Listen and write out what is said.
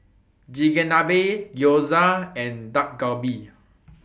Chigenabe Gyoza and Dak Galbi